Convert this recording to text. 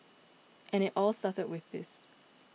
and it all started with this